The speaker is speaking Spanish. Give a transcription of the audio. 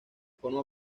forma